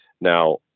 Now